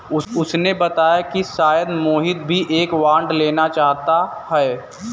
उसने बताया कि शायद मोहित भी एक बॉन्ड लेना चाहता है